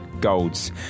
golds